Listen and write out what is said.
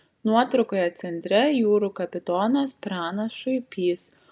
nuotraukoje centre jūrų kapitonas pranas šuipys